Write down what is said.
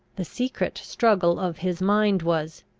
the secret struggle of his mind was,